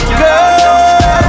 girl